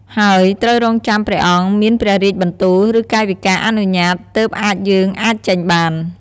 ហើយត្រូវរង់ចាំព្រះអង្គមានព្រះរាជបន្ទូល ឬកាយវិការអនុញ្ញាត ទើបអាចយើងអាចចេញបាន។